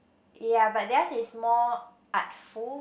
ya but theirs is more artful